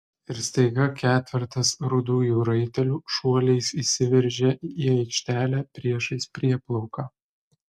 ir staiga ketvertas rudųjų raitelių šuoliais įsiveržė į aikštelę priešais prieplauką